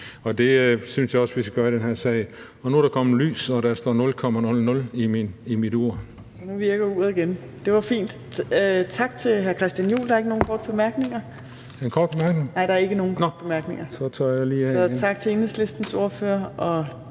Det synes jeg også vi skal gøre i den her sag. Nu er der kommet lys, og der står nul sekunder